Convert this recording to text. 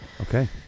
Okay